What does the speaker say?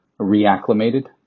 reacclimated